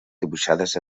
dibuixades